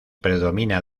predomina